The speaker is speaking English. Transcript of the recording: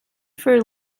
for